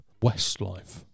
Westlife